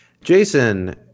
Jason